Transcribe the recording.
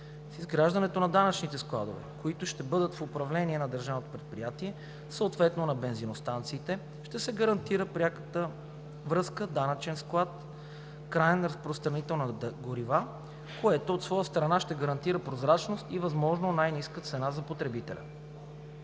С изграждането на данъчните складове, които ще бъдат в управление на държавното предприятие, съответно на бензиностанции, ще се гарантира пряката връзка данъчен склад – краен разпространител на горива, което от своя страна ще гарантира прозрачност и възможно най-ниска цена за потребителя.